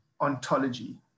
ontology